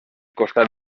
costat